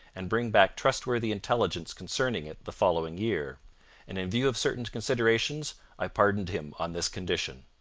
and bring back trustworthy intelligence concerning it the following year and in view of certain considerations i pardoned him on this condition.